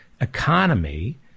economy